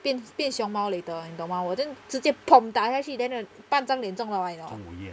变变熊猫 later 你懂吗我 then 直接 pom 打下去 then 半张脸中到完你懂吗